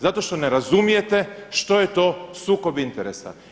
Zato što ne razumijete što je to sukob interesa.